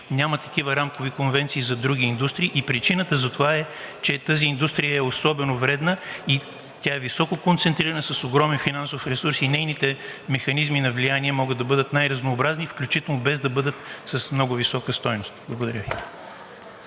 Няма такива рамкови конвенции за други индустрии. Причината за това е, че тази индустрия е особено вредна, и тя е високо концентрирана с огромен финансов ресурс, и нейните механизми на влияние могат да бъдат най-разнообразни, включително, без да бъдат с много висока стойност. Благодаря Ви.